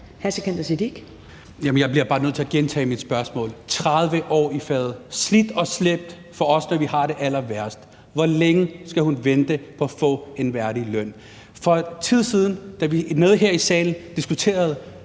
Jamen jeg bliver bare nødt til at gentage mit spørgsmål. 30 år i faget, og man har slidt og slæbt for os, når vi har det allerværst: Hvor længe skal hun vente på at få en værdig løn? For noget tid siden, da vi hernede i salen diskuterede